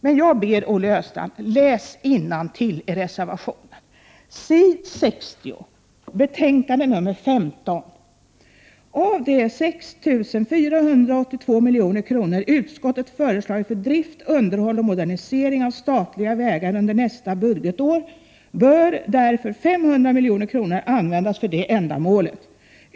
Men jag ber Olle Östrand att läsa innantill i reservation 17 på s. 60 i betänkandet: ”Av de 6482 milj.kr. utskottet föreslagit för drift, underhåll och modernisering av statliga vägar under nästa budgetår bör därför 500 milj.kr. användas för det ändamålet.